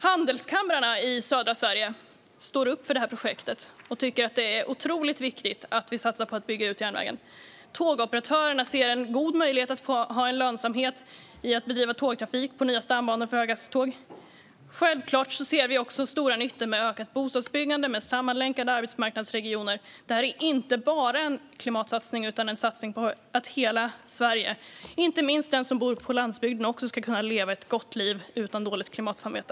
Handelskamrarna i södra Sverige står upp för detta projekt och tycker att det är otroligt viktigt att vi satsar på att bygga ut järnvägen. Tågoperatörerna ser en god möjlighet att ha lönsamhet i att bedriva tågtrafik på nya stambanor för höghastighetståg. Självklart ser vi också stora nyttor med ökat bostadsbyggande och med sammanlänkade arbetsmarknadsregioner. Detta är inte bara en klimatsatsning utan en satsning på att hela Sverige, inte minst de som bor på landsbygden, ska kunna leva ett gott liv utan dåligt klimatsamvete.